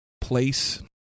place